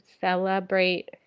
celebrate